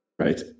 right